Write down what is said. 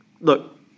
Look